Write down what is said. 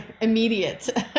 immediate